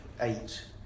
eight